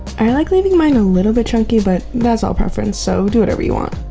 i like leaving mine a little bit chunky, but that's all preference, so do whatever you want.